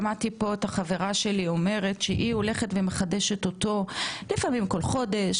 שמעתי פה את החברה שלי אומרת שהיא הולכת ומחדשת אותה לפעמים כל חודש,